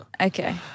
okay